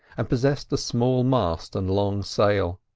and possessed a small mast and long sail.